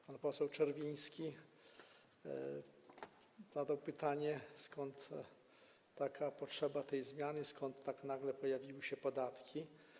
Pan poseł Czerwiński zadał pytanie, skąd potrzeba tej zmiany, skąd tak nagle pojawiły się podatki.